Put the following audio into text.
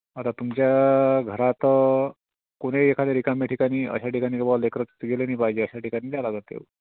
आता तुमच्या घरात कुठेही एखाद्या रिकाम्या ठिकाणी अशा ठिकाणी की बुवा लेकरं तिथे गेले नाही पाहिजे अशा ठिकाणी द्यावं लागेल ते